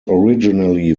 originally